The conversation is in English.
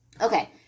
Okay